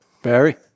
Barry